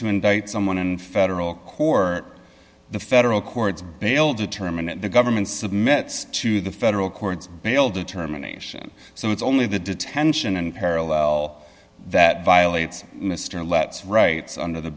to indict someone in federal court the federal courts bail determined that the government submit to the federal courts bail determination so it's only the detention and parallel that violates mr lets rights under the